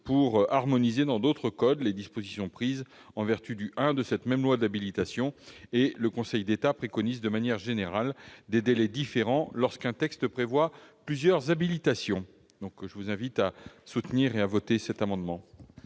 pour harmoniser dans d'autres codes les dispositions prises en vertu du I de ce même article. Le Conseil d'État préconise de manière générale des délais différents lorsqu'un texte prévoit plusieurs habilitations. Je vous invite donc à voter cet amendement.